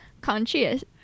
Conscious